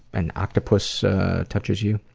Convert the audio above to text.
an octopus touches you?